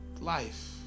Life